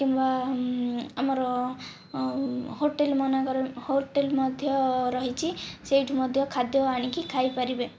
କିମ୍ବା ଆମର ହୋଟେଲ ମାନଙ୍କରେ ହୋଟେଲ ମଧ୍ୟ ରହିଛି ସେଇଠି ମଧ୍ୟ ଖାଦ୍ୟ ଆଣିକି ଖାଇ ପାରିବେ